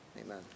Amen